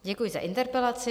Děkuji za interpelaci.